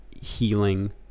healing